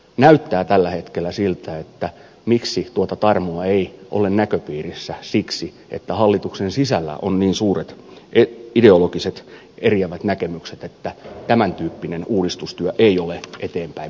näyttää tällä hetkellä siltä että syy siihen miksi tuota tarmoa ei ole näköpiirissä on se että hallituksen sisällä on niin suuret ideologiset eriävät näkemykset että tämäntyyppinen uudistustyö ei ole mennäkseen eteenpäin